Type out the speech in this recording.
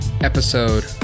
Episode